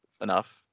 enough